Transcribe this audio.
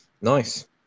Nice